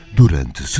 durante